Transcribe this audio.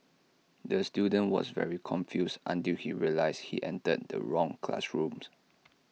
the student was very confused until he realised he entered the wrong classrooms